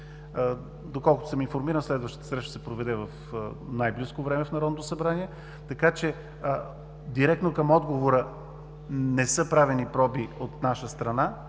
Доколкото съм информиран, следващата среща ще се проведе в най-близко време в Народното събрание. Директно към отговора: не са правени проби от наша страна.